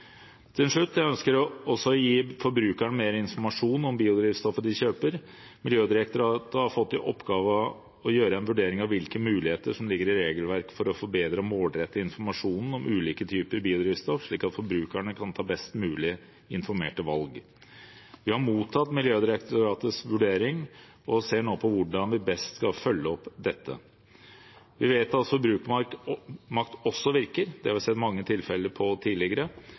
Til slutt: Jeg ønsker også å gi forbrukerne mer informasjon om biodrivstoffet de kjøper. Miljødirektoratet har fått i oppgave å gjøre en vurdering av hvilke muligheter som ligger i regelverket for å forbedre og målrette informasjonen om ulike typer biodrivstoff, slik at forbrukerne kan ta best mulig informerte valg. Vi har mottatt Miljødirektoratets vurdering og ser nå på hvordan vi best skal følge opp dette. Vi vet at forbrukermakt virker, det har vi sett mange tilfeller av tidligere.